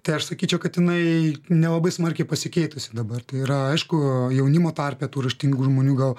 tai aš sakyčiau kad jinai nelabai smarkiai pasikeitusi dabar tai yra aišku jaunimo tarpe tų raštingų žmonių gal